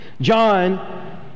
John